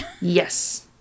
Yes